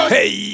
Hey